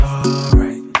Alright